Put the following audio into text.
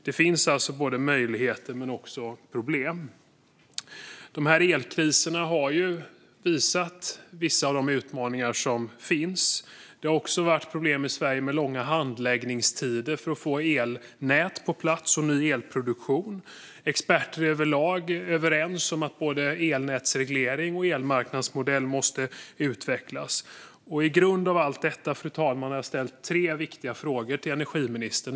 Det finns alltså möjligheter, men det finns också problem. De här elkriserna har visat på vissa av de utmaningar som finns. Det har också varit problem i Sverige med långa handläggningstider för att få elnät och ny elproduktion på plats. Experterna är överlag överens om att både elnätsreglering och elmarknadsmodell måste utvecklas. Med detta som grund, fru talman, har jag ställt tre viktiga frågor till energiministern.